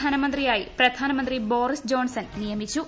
ധനമന്ത്രിയായി പ്രധാനമന്ത്രി Boris Johnson നിയമിച്ചു